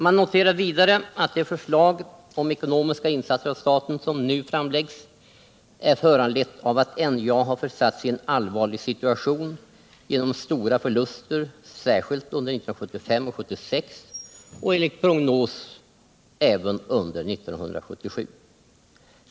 Man noterar vidare att det förslag om ekonomiska insatser av staten som nu framläggs är föranlett av att NJA har försatts i en allvarlig situation genom stora förluster särskilt under 1975 och 1976 — och enligt prognos även under 1977.